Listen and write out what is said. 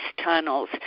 tunnels